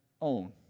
own